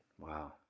Wow